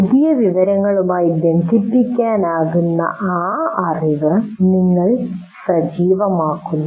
പുതിയ വിവരങ്ങളുമായി ബന്ധിപ്പിക്കാനാകുന്ന ആ അറിവ് നിങ്ങൾ സജീവമാക്കുന്നു